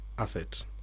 Asset